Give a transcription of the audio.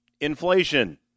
inflation